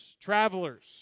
travelers